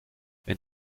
wenn